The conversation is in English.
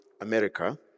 America